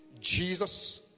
Jesus